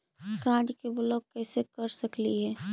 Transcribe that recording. Card के block कैसे कर सकली हे?